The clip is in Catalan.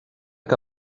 que